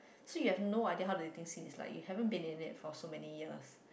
so you have no idea how to think it like you haven't been in it for so many years